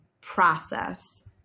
process